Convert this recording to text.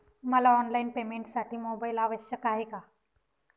मला ऑनलाईन पेमेंटसाठी मोबाईल आवश्यक आहे का?